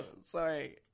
sorry